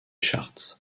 charts